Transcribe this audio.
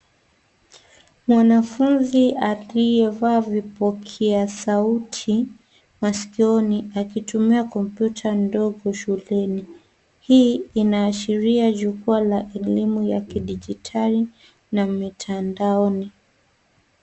Mwanafunzi aliyevaa vipokea sauti maskioni akitumia kompyuta ndogo shuleni ,Hii inaashiria jukwaa la elimu ya kijidigitali na mitandaoni.